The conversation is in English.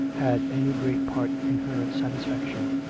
had any great part in her satisfaction.